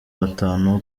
batanu